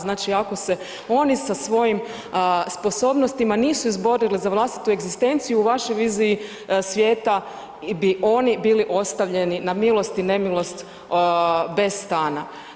Znači, ako se oni sa svojim sposobnostima nisu izborili za vlastitu egzistenciju u vašoj viziji svijeta bi oni bili ostavljeni na milost i nemilost bez stana.